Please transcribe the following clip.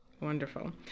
Wonderful